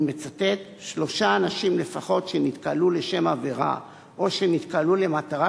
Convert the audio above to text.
אני מצטט: "שלושה אנשים לפחות שנתקהלו לשם עבירה או שנתקהלו למטרה